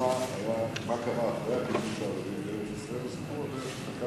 מה קרה אחרי הכיבוש, זה סיפור אחר.